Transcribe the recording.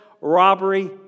robbery